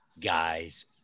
guys